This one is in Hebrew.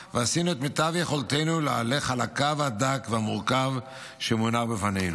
ועשינו את מיטב יכולתנו להלך על הקו הדק והמורכב שמונח בפנינו.